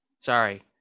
Sorry